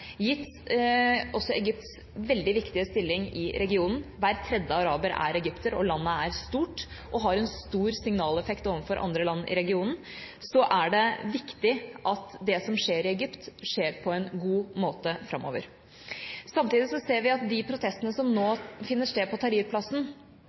Gitt også Egypts veldig viktige stilling i regionen – hver tredje araber er egypter, landet er stort og har en stor signaleffekt overfor andre land i regionen – er det viktig at det som skjer i Egypt, skjer på en god måte framover. Samtidig ser vi at de protestene som nå